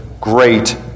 great